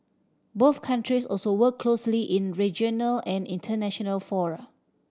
both countries also work closely in regional and international fora